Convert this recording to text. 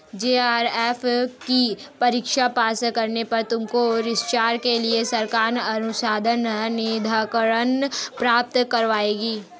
JRF की परीक्षा pass करने पर तुमको रिसर्च के लिए सरकार अनुसंधान निधिकरण प्राप्त करवाएगी